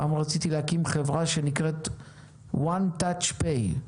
פעם רציתי להקים חברה שנקראת " "one touch pay.